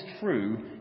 true